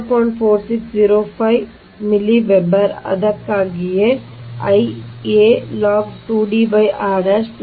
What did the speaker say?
4605 ಆಗಿರುತ್ತದೆ Milli Weber ಅದಕ್ಕಾಗಿಯೇ ಆದ್ದರಿಂದ I a log 2 D r I b log 2